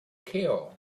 kao